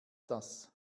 das